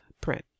print